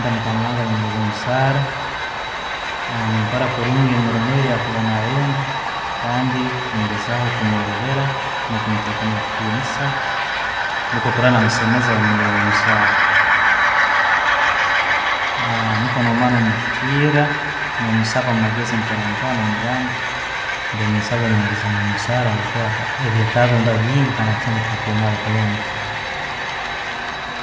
Nengamba mukama wange anyongeze omusara, nenkora kurungi emirimu ye gyakuba nayenda kandi nengesaho kumworobera nokumutekamu ekitinisa nikyo okurora namusemeza nikwo yanyongeramu omusara. Aho no mara, no musaba mumagezi, noija mugamba, mbaire nensabaho onyengeire omusala habwokuba ebyetago nina bingi kandi akasente tekumara kurungi.